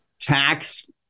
tax